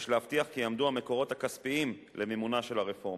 יש להבטיח כי יעמדו המקורות הכספיים למימונה של הרפורמה.